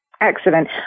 Excellent